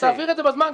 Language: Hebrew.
תעביר את זה בזמן,